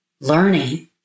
learning